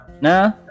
Nah